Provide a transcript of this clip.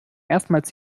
erstmals